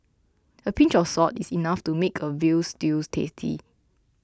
a pinch of salt is enough to make a Veal Stew tasty